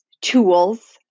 tools